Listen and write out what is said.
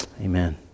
amen